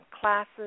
classes